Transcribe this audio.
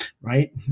right